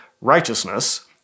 righteousness